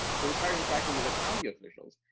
so we started in tracking with the county officials,